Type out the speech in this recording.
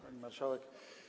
Pani Marszałek!